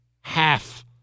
half